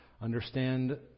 understand